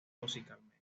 musicalmente